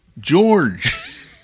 George